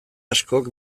askok